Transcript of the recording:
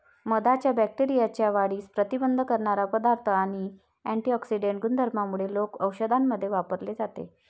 मधाच्या बॅक्टेरियाच्या वाढीस प्रतिबंध करणारा पदार्थ आणि अँटिऑक्सिडेंट गुणधर्मांमुळे लोक औषधांमध्ये वापरले जाते